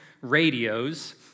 radios